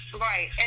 Right